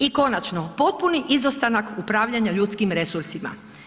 I konačno, potpuni izostanak upravljanja ljudskim resursima.